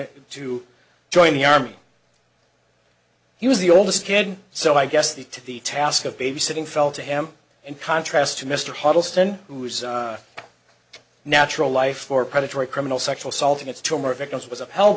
it to join the army he was the oldest kid so i guess the to the task of babysitting fell to him in contrast to mr huddleston who is a natural life for predatory criminal sexual assault and it's still more victims was upheld